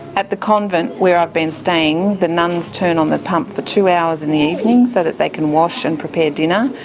at the convent where i have been staying, the nuns turn on the pump for two hours in the evening so that they can wash and prepare dinner,